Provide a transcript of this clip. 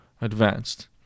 advanced